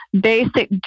basic